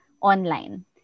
online